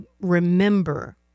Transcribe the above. remember